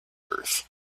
earth